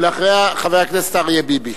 אחריה, חבר הכנסת אריה ביבי.